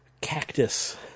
cactus